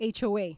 HOA